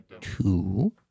Two